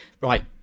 Right